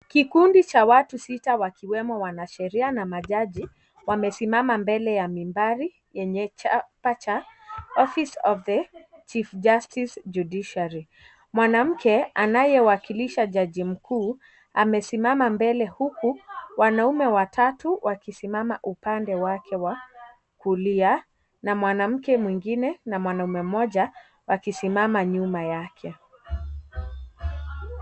Kikundi cha watu sita wakiwemo wanasheria na majaji wamesimama mbele ya mimbari yenye chapa cha office of the chief justice judiciary mwanamke anaye wakilisha jaji mkuu amesimama mbele huku wanaume watatu wakisimama upande wake wa kulia na mwanamke mwingine na mwanaume mmoja wakisimama nyuma yake .